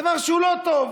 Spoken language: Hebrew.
זה דבר שהוא לא טוב.